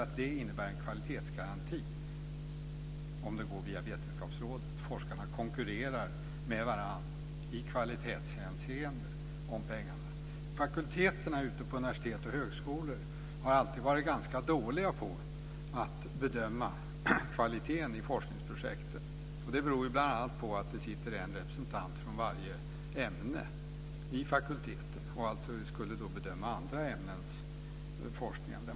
Det innebär nämligen en kvalitetsgaranti om det går via Vetenskapsrådet. Forskarna konkurrerar med varandra om pengarna i kvalitetshänseende. Fakulteterna ute på universitet och högskolor har alltid varit ganska dåliga på att bedöma kvaliteten i forskningsprojektet. Det beror bl.a. på att det sitter en representant från varje ämne i fakulteten, som alltså ska bedöma andra ämnens forskning.